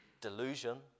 delusion